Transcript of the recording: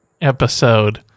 Episode